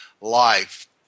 life